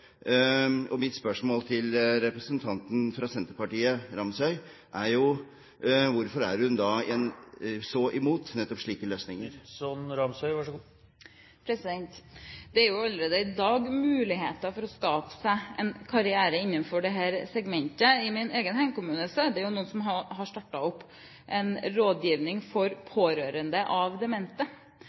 arbeid. Mitt spørsmål til representanten fra Senterpartiet, Ramsøy, er: Hvorfor er hun da så imot nettopp slike løsninger? Det er jo allerede i dag muligheter for å skape seg en karriere innenfor dette segmentet. I min egen heimkommune er det noen som har startet opp en rådgivning for pårørende av demente.